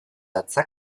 datza